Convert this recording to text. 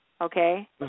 Okay